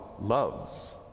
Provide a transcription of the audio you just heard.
loves